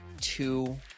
two